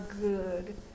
good